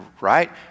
right